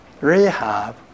Rehab